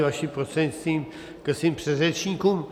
Vaším prostřednictvím ke svým předřečníkům.